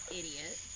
idiot